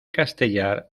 castellar